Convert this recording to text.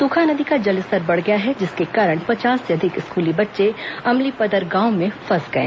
सूखा नदी का जलस्तर बढ़ गया है जिसके कारण पचास से अधिक स्कूली बच्चे अमलीपदर गांव में फंस गए